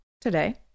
today